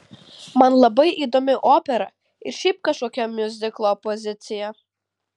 man labai įdomi opera ir šiaip kažkokia miuziklo opozicija